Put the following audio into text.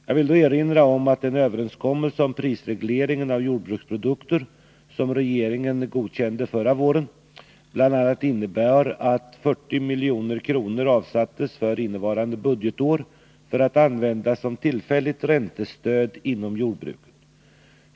Jag vill då erinra om att den överenskommelse om prisregle Nr 80 ringen av jordbruksprodukter som regeringen godkände förra våren bl.a. Måndagen den innebar att 40 milj.kr. avsattes för innevarande budgetår för att användas 16 februari 1981 som tillfälligt räntestöd inom jordbruket.